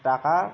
টাকা